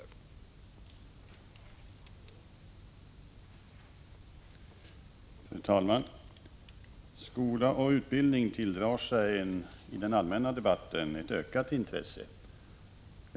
Grundskolan och vissa